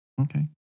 Okay